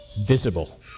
visible